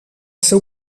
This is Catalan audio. seu